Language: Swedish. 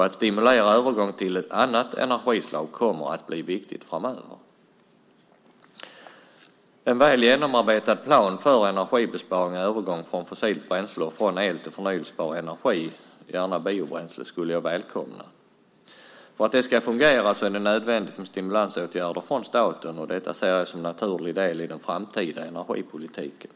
Att stimulera övergång till annat energislag kommer att bli viktigt framöver. Jag skulle välkomna en väl genomarbetad plan för energibesparing i övergången från fossilt bränsle och el till förnybar energi, gärna biobränsle. För att det ska fungera är det nödvändigt med stimulansåtgärder från staten. Det ser jag som en naturlig del i den framtida energipolitiken.